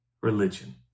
Religion